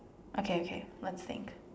okay okay let's think